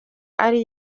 ari